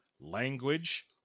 language